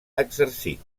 exercit